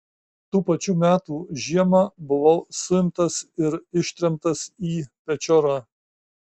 tų pačių metų žiemą buvau suimtas ir ištremtas į pečiorą